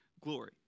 glory